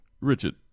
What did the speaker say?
richard